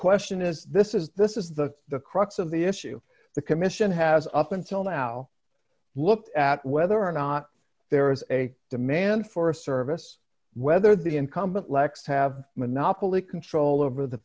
question is this is this is the the crux of the issue the commission has up until now looked at whether or not there is a demand for a service whether the incumbent lexx have monopoly control over the